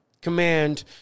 command